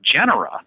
genera